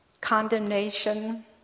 condemnation